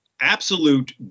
absolute